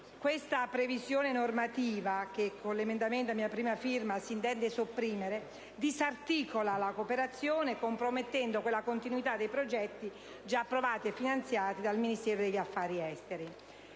Questa previsione normativa, che con l'emendamento a mia prima firma si intende sopprimere, disarticola la cooperazione, compromettendo la continuità dei progetti già approvati e finanziati dal Ministero degli affari esteri,